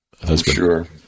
husband